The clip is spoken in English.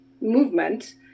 movement